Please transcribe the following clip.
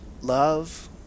love